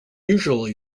usually